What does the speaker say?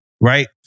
right